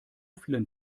vielen